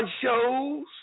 shows